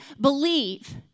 believe